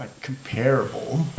comparable